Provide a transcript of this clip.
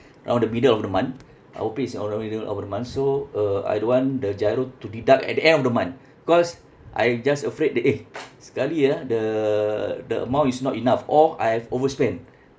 around the middle of the month our pay is around the middle of the month so uh I don't want the GIRO to deduct at the end of the month cause I just afraid that eh sekali ah the the amount is not enough or I have overspent